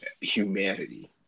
humanity